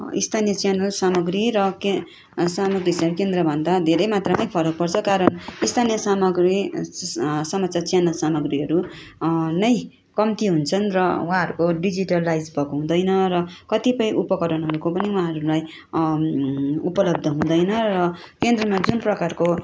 स्थानीय च्यानल सामग्री र के सामग्रीसेन केन्द्रभन्दा धेरै मात्रामै फरक पर्छ कारण स्थानीय सामग्री ससमाचार चेनल सामाग्रीहरू नै कम्ती हुन्छन् र उहाँहरूको डिजिटलाइज भएको हुँदैन र कतिपय उपकरणहरूको पनि उहाँहरूलाई उपलब्ध हुँदैन र केन्द्रमा जुन प्रकारको